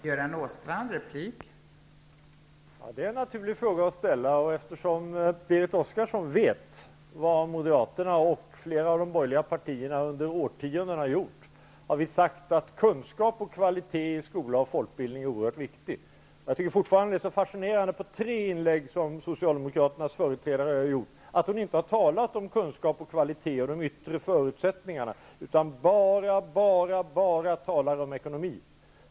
Fru talman! Det är en naturlig fråga att ställa. Berit Oscarsson vet att Moderaterna och flera andra borgerliga partier under årtionden har sagt att kunskap och kvalitet i skola och folkbildning är någonting oerhört viktigt. Jag tycker det är fascinerande att Socialdemokraternas företrädare under de tre inlägg hon har gjort inte har talat om kunskap och kvalitet och de yttre förutsättningarna, utan hon har bara, bara, bara talat om ekonomi.